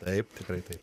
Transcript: taip tikrai taip